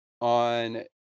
on